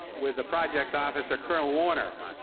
with the project officer, colonel warner.